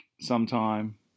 sometime